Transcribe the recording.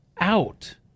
out